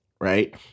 right